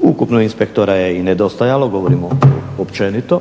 ukupno inspektora je i nedostajalo govorim općenito.